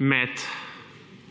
med utišanjem